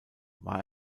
war